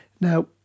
Now